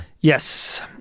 Yes